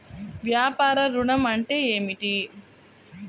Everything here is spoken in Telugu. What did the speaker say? వ్యాపార ఋణం అంటే ఏమిటి?